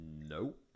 nope